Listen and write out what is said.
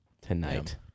tonight